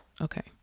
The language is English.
okay